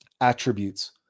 attributes